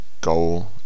goal